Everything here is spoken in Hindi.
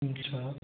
अच्छा